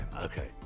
okay